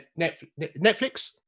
Netflix